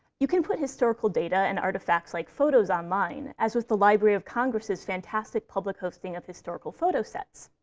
you can put historical data and artifacts like photos online, as with the library of congress's fantastic public posting of historical photo sets.